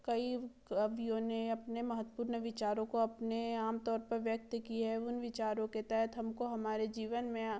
कई कवियों ने अपने महत्वपूर्ण विचारों को अपने आम तौर पर व्यक्त किए हैं उन विचारों के तहत हमको हमारे जीवन में